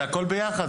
זה הכול ביחד.